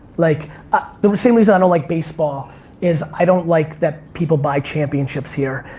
like ah the same reason i don't like baseball is i don't like that people buy championships here.